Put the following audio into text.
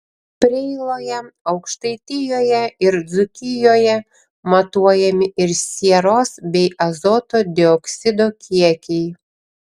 preiloje aukštaitijoje ir dzūkijoje matuojami ir sieros bei azoto dioksido kiekiai